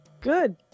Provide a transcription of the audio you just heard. Good